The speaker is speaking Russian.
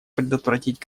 предотвратить